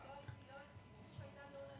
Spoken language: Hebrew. היא לא הייתה עניינית, היא פשוט הייתה לא לעניין.